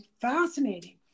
fascinating